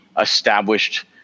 established